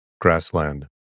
Grassland